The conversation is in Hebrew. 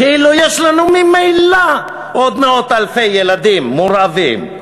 כאילו אם יש לנו ממילא עוד מאות אלפי ילדים מורעבים,